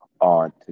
on